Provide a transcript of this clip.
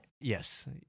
Yes